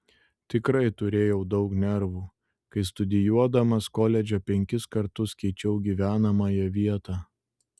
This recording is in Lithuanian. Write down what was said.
tikrai turėjau daug nervų kai studijuodamas koledže penkis kartus keičiau gyvenamąją vietą